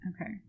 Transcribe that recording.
Okay